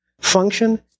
Function